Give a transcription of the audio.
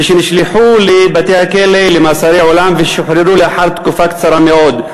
ושנשלחו לבתי-הכלא למאסרי עולם ושוחררו לאחר תקופה קצרה מאוד.